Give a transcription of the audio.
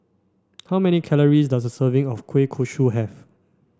how many calories does a serving of Kueh Kosui have